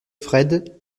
wrede